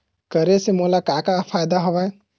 करे से मोला का का फ़ायदा हवय?